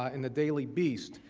in the daily beast.